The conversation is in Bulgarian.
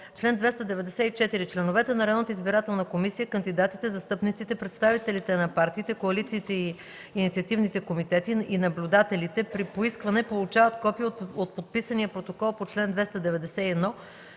районната избирателна комисия, кандидатите, застъпниците, представителите на партиите, коалициите и инициативните комитети и наблюдателите при поискване получават копие от подписания протокол по чл. 291,